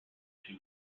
two